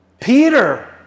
Peter